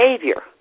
behavior